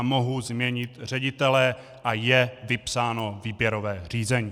Mohu změnit ředitele a je vypsáno výběrové řízení.